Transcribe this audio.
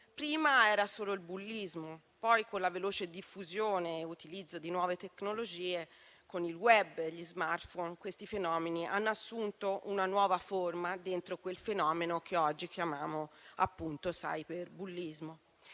Prima era solo il bullismo, poi con la veloce diffusione e l'utilizzo di nuove tecnologie (il *web* e gli *smartphone)* questi fenomeni hanno assunto una nuova forma dentro quel fenomeno che oggi chiamiamo cyberbullismo.